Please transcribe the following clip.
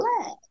black